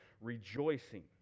rejoicing